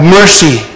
mercy